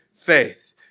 faith